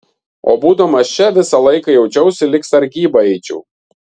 o būdamas čia visą laiką jaučiausi lyg sargybą eičiau